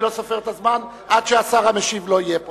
אני לא סופר את הזמן עד שהשר המשיב יהיה פה.